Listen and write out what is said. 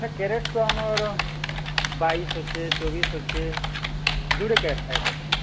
carat ତ ଆମର ବାଇଶି ଅଛି ଚବିଶି ଅଛି ଯେଉଁଟା କ୍ୟାରେଟ୍